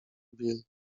bill